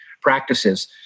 practices